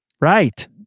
Right